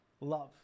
Love